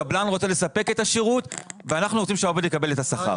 הקבלן רוצה לספק את השירות ואנחנו רוצים שהעובד יקבל את השכר.